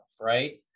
right